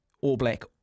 all-black